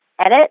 edit